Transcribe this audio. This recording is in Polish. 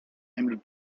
emil